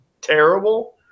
terrible